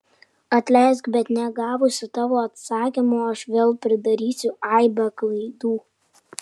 atleisk bet negavusi tavo atsakymo aš vėl pridarysiu aibę klaidų